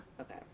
Okay